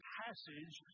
passage